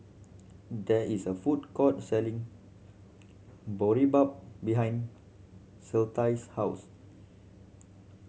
there is a food court selling Boribap behind Clytie's house